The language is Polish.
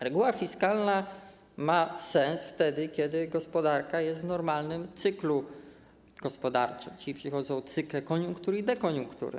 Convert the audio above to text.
Reguła fiskalna ma sens wtedy, kiedy gospodarka jest w normalnym cyklu gospodarczym, czyli przychodzą cykle koniunktury i dekoniunktury.